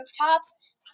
Rooftops